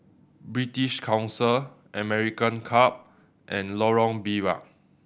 British Council American Club and Lorong Biawak